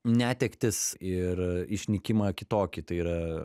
netektis ir išnykimą kitokį tai yra